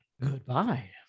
Goodbye